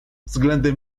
względem